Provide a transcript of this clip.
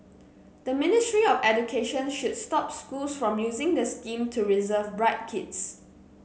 the Ministry of Education should stop schools from using the scheme to reserve bright kids